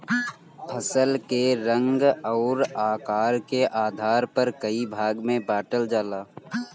फसल के रंग अउर आकार के आधार पर कई भाग में बांटल जाला